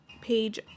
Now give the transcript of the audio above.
page